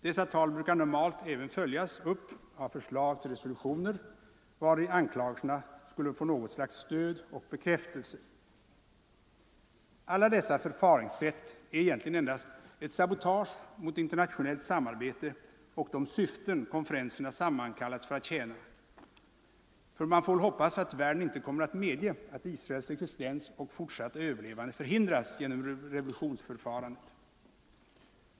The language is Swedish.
Dessa tal brukar normalt även följas upp av förslag till resolutioner vari anklagelserna skulle få något slags stöd och bekräftelse. Alla dessa förfaringssätt är egentligen endast ett sabotage mot internationellt samarbete och de syften konferenserna sammankallats för att tjäna. Man får väl hoppas att världen icke kommer att medge att Israels existens och fortsatta överlevande förhindras genom resolutionsförfarandet.